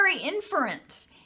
inference